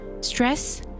Stress